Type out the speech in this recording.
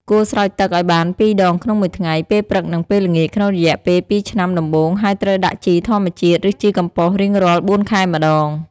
គួរស្រោចទឹកឲ្យបាន ២ ដងក្នុងមួយថ្ងៃ ពេលព្រឹក និងពេលល្ងាច ក្នុងរយៈពេល ២ ឆ្នាំដំបូង ហើយត្រូវដាក់ជីធម្មជាតិ ឬជីកំប៉ុស្តរៀងរាល់ ៤ ខែម្តង។